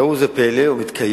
ראה זה פלא: הוא מתקיים,